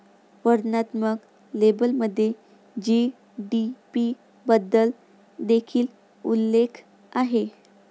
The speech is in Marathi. वर्णनात्मक लेबलमध्ये जी.डी.पी बद्दल देखील उल्लेख आहे